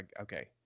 Okay